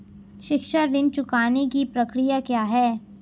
शिक्षा ऋण चुकाने की प्रक्रिया क्या है?